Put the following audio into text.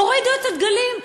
הורידו את הדגלים,